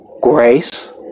grace